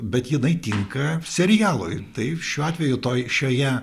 bet jinai tinka serialui tai šiuo atveju toj šioje